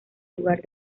lugar